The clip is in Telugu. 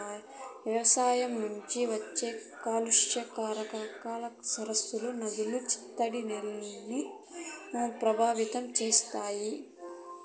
వ్యవసాయం నుంచి వచ్చే కాలుష్య కారకాలు సరస్సులు, నదులు, చిత్తడి నేలలను ప్రభావితం చేస్తాయి